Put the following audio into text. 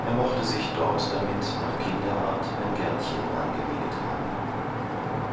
er mochte sich dort damit nach kinderart ein gärtchen angeleget haben